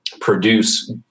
produce